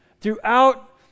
Throughout